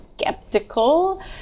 skeptical